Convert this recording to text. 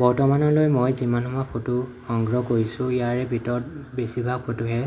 বৰ্তমানলৈ মই যিমানসমূহ ফটো সংগ্ৰহ কৰিছোঁ ইয়াৰে ভিতৰত বেছিভাগ ফটোয়ে